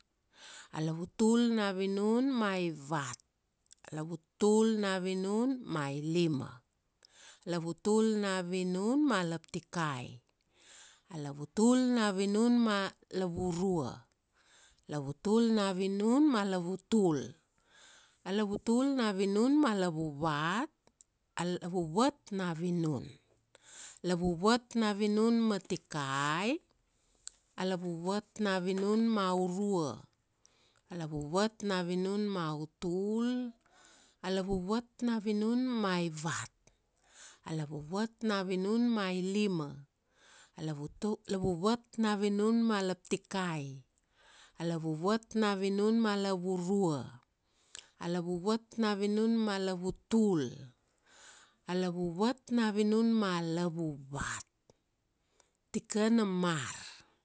A lavutul na vinun ma ivat, lavutul na vinunma ilima. Lavutul na vinun ma laptikai, a lavutul na vinun ma lavurua, lavutul na vinun ma lavutul, a lavutul na vinun ma lavuvat, a lavuvat na vinun. Lavuvat na vinun ma tikai, a lavuvat na vinun ma aurua, a lavuvat na vinun ma autul, a lavuvat na vinun ma aivat, a lavuvat na vinun ma ailima, a lavutu, a lavuvat na vinun ma laptikai, a lavuvat na vinun ma lavurua, a lavuvat na vinun ma lavutul, a lavuvat na vinun ma lavuvat, tikana mar.